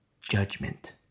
judgment